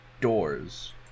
doors